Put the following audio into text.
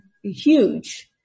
Huge